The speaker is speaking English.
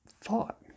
thought